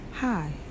Hi